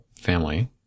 family